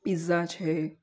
pizza છે